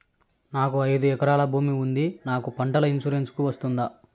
నాకు ఐదు ఎకరాల భూమి ఉంది నాకు పంటల ఇన్సూరెన్సుకు వస్తుందా?